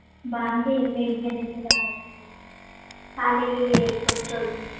ᱵᱟᱝ ᱜᱮ ᱟᱞᱮ ᱜᱮᱞᱮ ᱠᱚᱥᱴᱚ ᱫᱚ